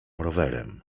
rowerem